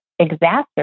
exacerbate